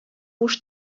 буш